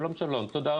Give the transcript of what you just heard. שלום, תודה.